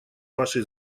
вашей